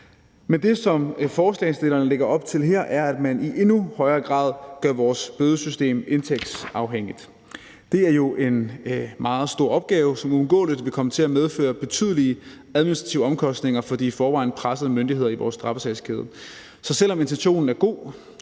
Men det, som forslagsstillerne lægger op til her, er, at man i endnu højere grad gør vores bødesystem indtægtsafhængigt. Det er jo en meget stor opgave, som uundgåeligt vil komme til at medføre betydelige administrative omkostninger for de i forvejen pressede myndigheder i vores straffesagskæde. Så selv om intentionen er god,